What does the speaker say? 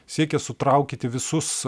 siekė sutraukyti visus